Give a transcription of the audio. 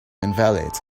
invalid